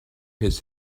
his